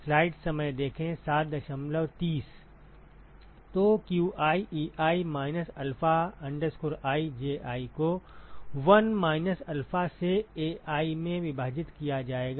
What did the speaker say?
तो qi Ei minus alpha I Ji को 1 minus alpha से Ai में विभाजित किया जाएगा